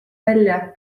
välja